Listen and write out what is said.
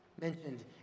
mentioned